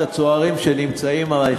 את הצוערים שנמצאים על היציע.